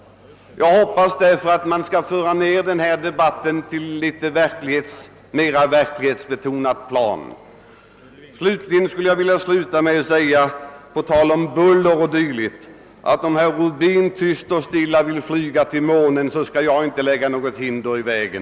Jag hoppas därför att denna debatt skall föras på ett mera verklighetsbetonat plan. Slutligen vill jag på tal om buller etc. säga att om herr Rubin tyst och stilla vill flyga till månen skall jag inte lägga hinder i vägen.